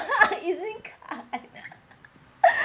E_Z-link card